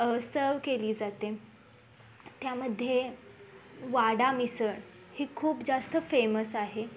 सर्व केली जाते त्यामध्ये वाडा मिसळ ही खूप जास्त फेमस आहे